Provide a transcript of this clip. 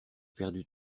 perdu